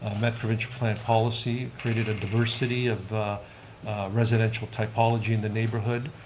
um after which planned policy, created a diversity of residential typology in the neighborhood,